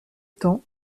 temps